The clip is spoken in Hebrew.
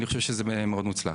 אני חושב שזה מאוד מוצלח.